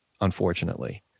unfortunately